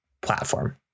platform